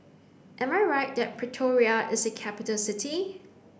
am I right that Pretoria is a capital city